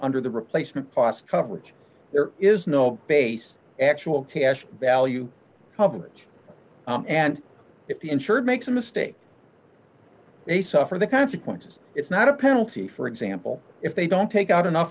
under the replacement cost coverage there is no base actual cash value public and if the insured makes a mistake they suffer the consequences it's not a penalty for example if they don't take out enough